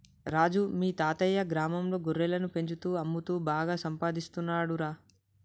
రాజు మీ తాతయ్యా గ్రామంలో గొర్రెలను పెంచుతూ అమ్ముతూ బాగా సంపాదిస్తున్నాడురా